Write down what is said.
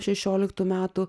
šešioliktų metų